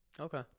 okay